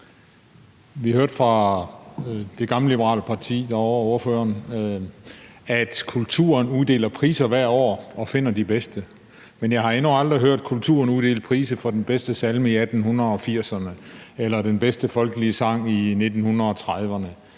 at vi hørte fra det gammelliberale parti og ordføreren, at kulturen uddeler priser hvert år og finder de bedste. Men jeg har endnu aldrig hørt kulturen uddele priser for den bedste salme i 1880'erne eller den bedste folkelige sang i 1930'erne.